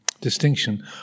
Distinction